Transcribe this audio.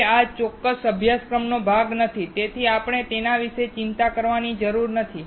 તે આ ચોક્કસ અભ્યાસક્રમનો ભાગ નથી તેથી આપણે તેના વિશે ચિંતા કરતા નથી